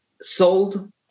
sold